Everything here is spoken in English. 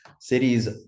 cities